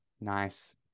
nice